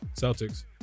Celtics